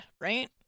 right